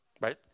right